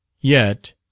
Yet